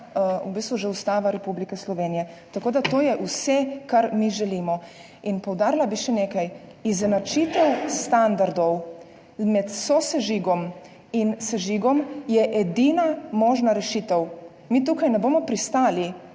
v bistvu nalaga že Ustava Republike Slovenije. To je vse, kar mi želimo. Poudarila bi še nekaj. Izenačitev standardov med sosežigom in sežigom je edina možna rešitev. Mi tukaj ne bomo pristali